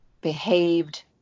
behaved